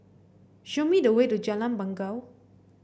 show me the way to Jalan Bangau